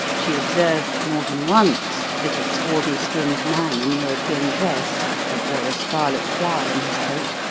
she observed more than once that a swarthy-skinned man in european dress who wore a scarlet flower in his coat,